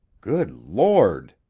good lord!